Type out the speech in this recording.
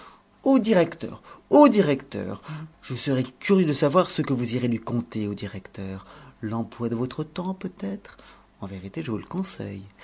au directeur au directeur je serais curieux de savoir ce que vous irez lui conter au directeur l'emploi de votre temps peut-être en vérité je vous le conseille